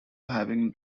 having